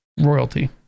royalty